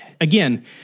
again